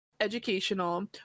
educational